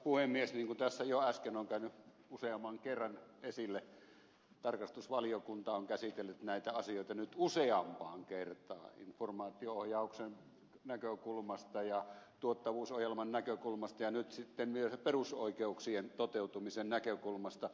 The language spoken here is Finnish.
niin kuin tässä jo äsken on käynyt useamman kerran esille tarkastusvaliokunta on käsitellyt näitä asioita nyt useampaan kertaan informaatio ohjauksen näkökulmasta ja tuottavuusohjelman näkökulmasta ja nyt sitten myös perusoikeuksien toteutumisen näkökulmasta